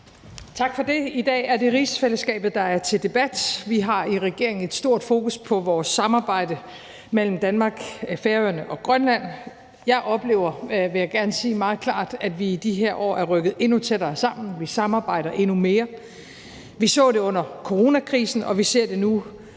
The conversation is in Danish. Tak for det. I dag er det rigsfællesskabet, der er til debat. Vi har i regeringen et stort fokus på vores samarbejde mellem Danmark, Færøerne og Grønland. Jeg oplever, vil jeg gerne sige meget klart, at vi i de her år er rykket endnu tættere sammen. Vi samarbejder endnu mere. Vi så det under coronakrisen, og vi ser det nu